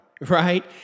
Right